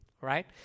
right